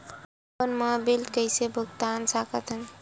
Phone मा bill कइसे भुक्तान साकत हन?